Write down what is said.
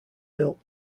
built